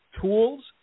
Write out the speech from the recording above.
tools